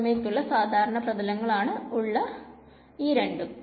പുറമേക്കുള്ള സാധാരണ പ്രഥലങ്ങൾ ആണ് ഉള്ള രണ്ടും